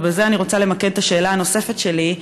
ובזה אני רוצה למקד את השאלה הנוספת שלי: